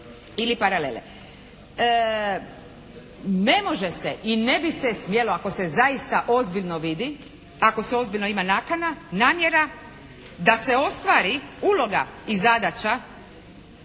ili paralele. Ne može se i ne bi se smjelo ako se zaista ozbiljno vidi, ako se ozbiljno ima nakana, namjera da se ostvari uloga i zadaća